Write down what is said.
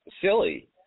silly